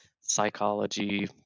psychology